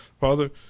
Father